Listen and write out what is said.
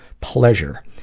pleasure